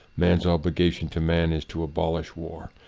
man's obligation to man is to abolish war,